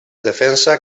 defensa